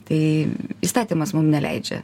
tai įstatymas mum neleidžia